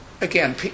again